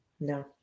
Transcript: No